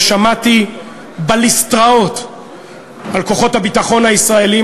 ושמעתי בליסטראות על כוחות הביטחון הישראליים,